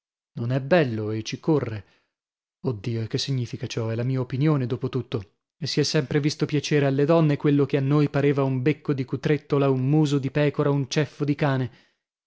non è bello e ci corre oh dio e che significa ciò è la mia opinione dopo tutto e si è sempre visto piacere alle donne quello che a noi pareva un becco di cutrettola un muso di pecora un ceffo di cane